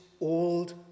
old